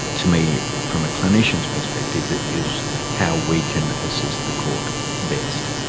to me, from a clinician's perspective, is how we can assist the court best.